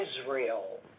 Israel